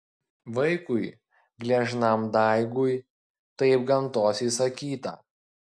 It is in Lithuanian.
vaikui gležnam daigui taip gamtos įsakyta